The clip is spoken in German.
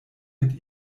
mit